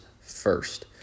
first